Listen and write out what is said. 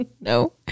No